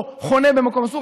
או חונה במקום אסור,